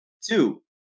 Two